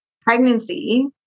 pregnancy